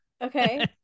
Okay